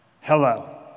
Hello